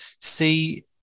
see